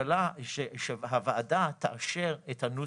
שהוועדה תאשר את הנוסח.